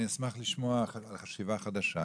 אני אשמח לשמוע חשיבה חדשה.